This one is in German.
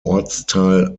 ortsteil